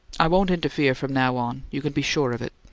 i won't interfere from now on, you can be sure of it.